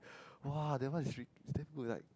!wah! that one is rea~ damn good like